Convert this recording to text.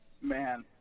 man